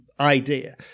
idea